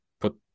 put